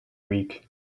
week